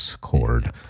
cord